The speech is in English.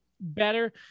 better